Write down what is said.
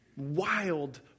wild